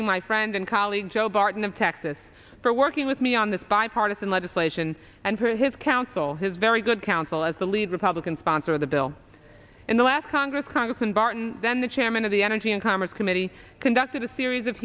thanking my friend and colleague joe barton of texas for working with me on this bipartisan legislation and for his counsel his very good counsel as the lead republican sponsor of the bill in the last congress congressman barton then the chairman of the energy and commerce committee conducted a series of